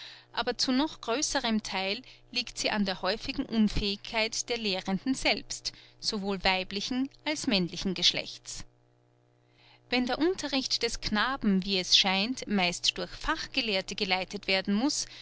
aber zu noch größerem theil liegt sie an der häufigen unfähigkeit der lehrenden selbst sowohl weiblichen als männlichen geschlechts wenn der unterricht des knaben wie es scheint meist durch fachgelehrte geleitet werden muß